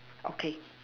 okay